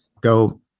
Go